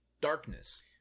darkness